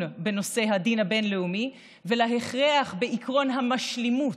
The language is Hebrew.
בנושא הדין הבין-לאומי ולהכרח בעקרון המשלימות,